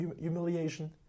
humiliation